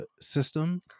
system